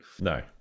No